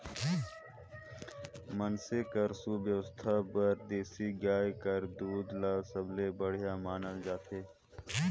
मइनसे कर सुवास्थ बर देसी गाय कर दूद ल सबले बड़िहा मानल जाथे